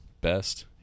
best